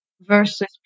versus